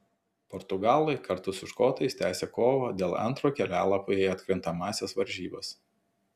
portugalai kartu su škotais tęsią kovą dėl antro kelialapio į atkrintamas varžybas